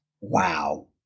Wow